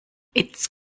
ins